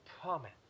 promise